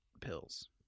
pills